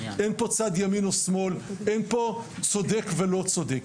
אין פה צד ימין או שמאל, אין פה צודק ולא צודק.